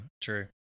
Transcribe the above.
true